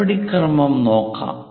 നടപടിക്രമം നോക്കാം